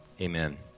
Amen